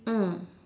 mm